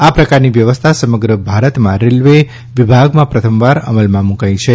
આ પ્રકારની વ્યવસ્થા સમગ્ર ભારતમાં રેલવે વિભાગમાં પ્રથમવાર અમલમાં મૂકાઇ છે